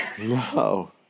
No